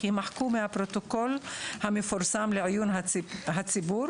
יימחקו מהפרוטוקול המפורסם לעיון הציבור